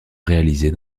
réalisée